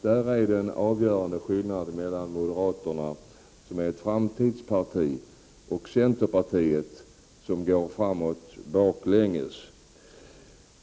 Där är den avgörande skillnaden mellan moderaterna, som är ett framtidsparti, och centerpartiet, som går framåt baklänges.